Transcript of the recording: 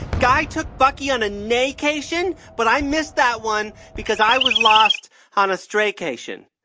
guy took bucky on a neighcation. but i missed that one because i was lost on a straycation.